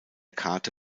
karte